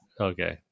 Okay